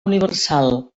universal